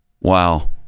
Wow